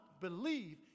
believe